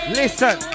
listen